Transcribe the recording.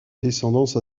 descendance